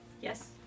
Yes